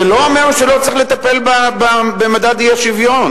זה לא אומר שלא צריך לטפל במדד האי-שוויון,